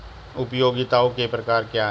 उपयोगिताओं के प्रकार क्या हैं?